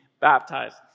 baptized